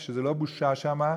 שזה לא בושה שם,